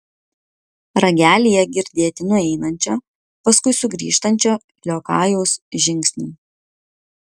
ragelyje girdėti nueinančio paskui sugrįžtančio liokajaus žingsniai